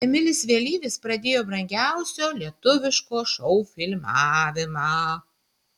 emilis vėlyvis pradėjo brangiausio lietuviško šou filmavimą